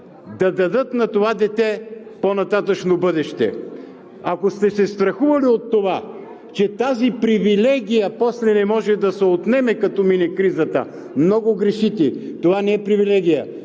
да дадат на това дете по-нататъшно бъдеще. Ако сте се страхували от това, че тази привилегия после не може да се отнеме като мине кризата, много грешите. Това не е привилегия,